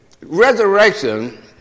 resurrection